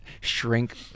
shrink